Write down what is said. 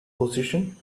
position